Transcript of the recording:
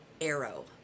arrow